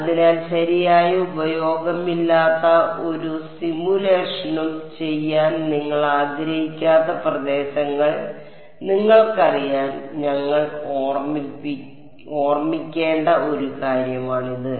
അതിനാൽ ശരിയായ ഉപയോഗമില്ലാത്ത ഒരു സിമുലേഷനും ചെയ്യാൻ നിങ്ങൾ ആഗ്രഹിക്കാത്ത പ്രദേശങ്ങൾ നിങ്ങൾക്കറിയാൻ ഞങ്ങൾ ഓർമ്മിക്കേണ്ട ഒരു കാര്യമാണിത്